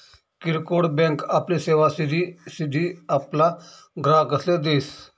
किरकोड बँक आपली सेवा सिधी सिधी आपला ग्राहकसले देस